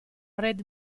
red